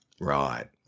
Right